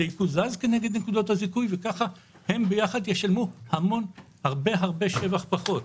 זה יקוזז כנגד נקודות הזיכוי וככה הם ביחד ישלמו הרבה שבח פחות.